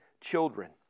children